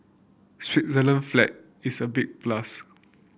Switzerland flag is a big plus